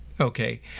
Okay